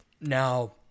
Now